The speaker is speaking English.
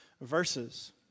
verses